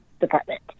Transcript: department